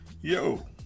yo